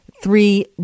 Three